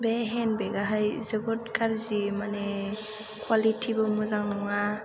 बे हेन्द बेगाहाय जोबोद गाज्रि माने कुवालिटिबो मोजां नङा